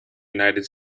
united